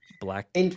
black